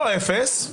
לא אפס.